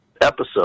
episode